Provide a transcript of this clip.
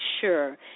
sure